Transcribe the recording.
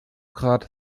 grad